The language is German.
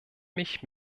mich